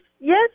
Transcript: yes